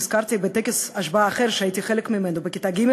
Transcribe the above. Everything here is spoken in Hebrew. נזכרתי בטקס השבעה אחר שהייתי חלק ממנו בכיתה ג'.